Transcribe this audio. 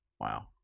Wow